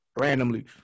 randomly